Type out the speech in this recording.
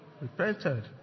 repented